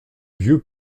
vieux